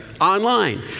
online